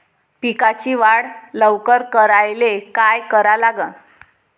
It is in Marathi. पिकाची वाढ लवकर करायले काय करा लागन?